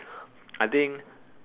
I think